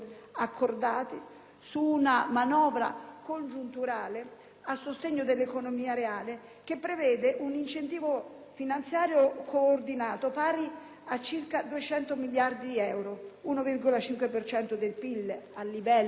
su una manovra congiunturale a sostegno dell'economia reale che prevede un incentivo finanziario coordinato pari a circa 200 miliardi di euro (1,5 per cento del PIL), a livello nazionale,